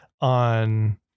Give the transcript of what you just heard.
on